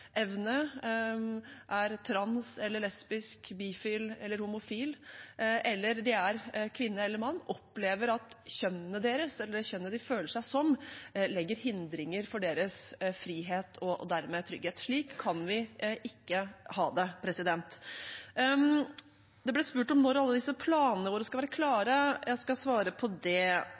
er trans, lesbisk, bifil eller homofil, kvinne eller mann, opplever at kjønnet deres eller det kjønnet de føler seg som, legger hindringer for deres frihet og dermed trygghet. Slik kan vi ikke ha det. Det ble spurt om når alle disse planene våre skal være klare. Jeg skal svare på det.